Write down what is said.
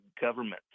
government